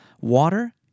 Water